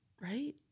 Right